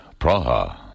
Praha